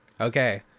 Okay